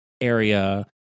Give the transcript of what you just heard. area